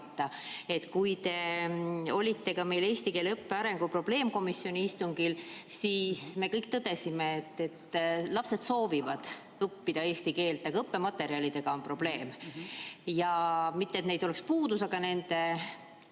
Kui te olite meie eesti keele õppe arengu probleemkomisjoni istungil, siis me kõik tõdesime, et lapsed soovivad õppida eesti keelt, aga õppematerjalidega on probleem. Mitte et neid oleks puudu, aga nende